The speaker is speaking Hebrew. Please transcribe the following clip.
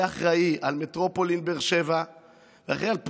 הוא יהיה אחראי למטרופולין באר שבע,